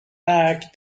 برگ